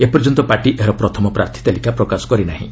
ଏପର୍ଯ୍ୟନ୍ତ ପାର୍ଟି ଏହାର ପ୍ରଥମ ପ୍ରାର୍ଥୀ ତାଲିକା ପ୍ରକାଶ କରି ନାହିଁ